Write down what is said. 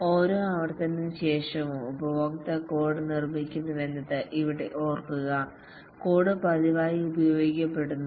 ഓരോ ആവർത്തനത്തിനുശേഷവും ഉപഭോക്താവ് കോഡ് നിർമ്മിക്കുന്നുവെന്നത് ഇവിടെ ഓർക്കുക കോഡ് പതിവായി ഉപയോഗപ്പെടുത്തുന്നു